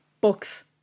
books